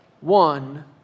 one